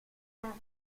family